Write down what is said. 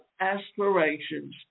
aspirations